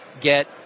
get